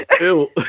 ew